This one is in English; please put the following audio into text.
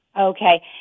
Okay